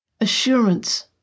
assurance